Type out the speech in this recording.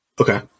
Okay